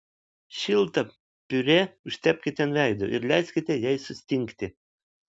šiltą piurė užtepkite ant veido ir leiskite jai sustingti